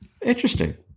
interesting